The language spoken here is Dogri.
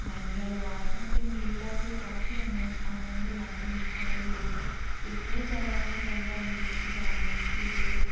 मैहंदियां लोआ दियां ते मेला ते काफी आनन्द लैंदे न इत्थै दे लोग ते बहुत ज्यादा अच्छा लगदा मेले च जाना मिकी ते